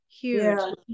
huge